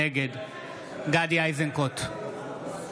נגד גדי איזנקוט,